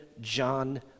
John